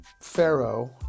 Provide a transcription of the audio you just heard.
Pharaoh